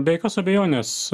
be jokios abejonės